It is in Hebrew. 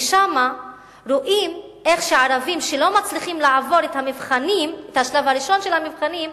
ושם רואים איך הערבים שלא מצליחים לעבור את השלב הראשון של המבחנים,